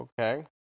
okay